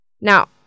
Now